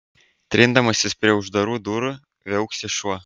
trindamasis prie uždarų durų viauksi šuo